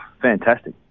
fantastic